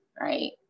right